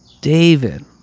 David